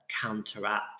counteract